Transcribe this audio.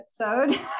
episode